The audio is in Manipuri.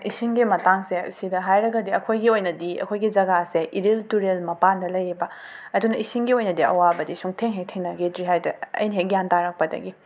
ꯏꯁꯤꯡꯒꯤ ꯃꯇꯥꯡꯁꯦ ꯁꯤꯗ ꯍꯥꯏꯔꯒꯗꯤ ꯑꯩꯈꯣꯏꯒꯤ ꯑꯣꯏꯅꯗꯤ ꯑꯩꯈꯣꯏꯒꯤ ꯖꯒꯥꯁꯦ ꯏꯔꯤꯜ ꯇꯨꯔꯦꯜ ꯃꯄꯥꯟꯗ ꯂꯩꯌꯦꯕ ꯑꯗꯨꯅ ꯏꯁꯤꯡꯒꯤ ꯑꯣꯏꯅꯗꯤ ꯑꯋꯥꯕꯗꯤ ꯁꯨꯡꯊꯦꯡ ꯍꯦꯛ ꯊꯦꯡꯅꯈꯤꯗ꯭ꯔꯤ ꯍꯥꯏꯗꯤ ꯑꯩꯅ ꯍꯦꯛ ꯒ꯭ꯌꯥꯟ ꯇꯥꯔꯛꯄꯗꯒꯤ